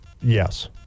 Yes